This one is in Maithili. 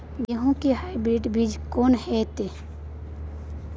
गेहूं के हाइब्रिड बीज कोन होय है?